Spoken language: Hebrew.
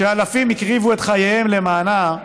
שאלפים הקריבו את חייהם למענה,